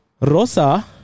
Rosa